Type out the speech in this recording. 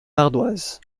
ardoise